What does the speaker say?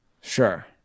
Sure